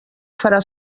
farà